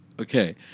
Okay